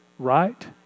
Right